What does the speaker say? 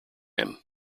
him